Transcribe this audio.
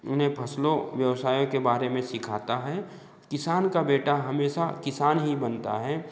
उन्हें फसलों व्यवसाय के बारे में सिखाता है किसान का बेटा हमेशा किसान ही बनता है